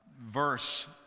verse